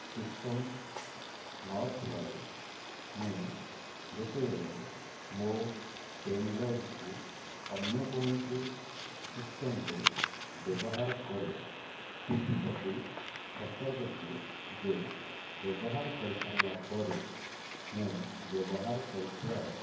system ନ ଥିବାରୁ ମୁଁ ଯେତେବେଳେ ମୋ ପେଣ୍ଡ୍ରାଇଭ୍କୁ ଅନ୍ୟ କୌଣସି ସିଷ୍ଟମ୍ରେ ବ୍ୟବହାର କରେ ସେଥିପ୍ରତି ସତର୍କ ଦିଏ ଯେ ବ୍ୟବହାର କରି ସାରିଲା ପରେ ମୁଁ ବ୍ୟବହାର କରିଥିବାର